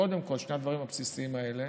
קודם כול שני הדברים הבסיסיים האלה,